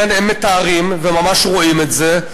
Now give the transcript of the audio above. הם מתארים, וממש רואים את זה,